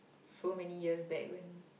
so many years back when